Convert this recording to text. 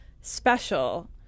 special